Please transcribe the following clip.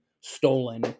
stolen